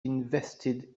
invested